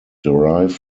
derive